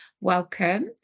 welcome